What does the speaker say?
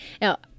now